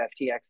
FTX